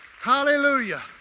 Hallelujah